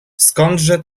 skądże